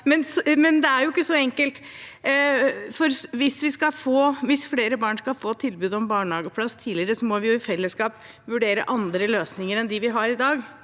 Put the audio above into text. men det er jo ikke så enkelt, for hvis flere barn skal få tilbud om barnehageplass tidligere, må vi i fellesskap vurdere andre løsninger enn dem vi har i dag